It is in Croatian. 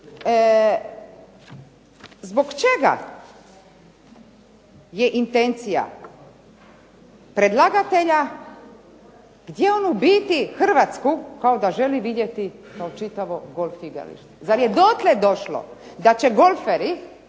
Zbog čega je intencija predlagatelja gdje on u biti Hrvatsku kao da želi vidjeti kao čitavo golf igralište. Zar je dotle došlo da će golferi,